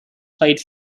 played